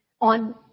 on